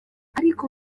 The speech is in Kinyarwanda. ariko